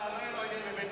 מאה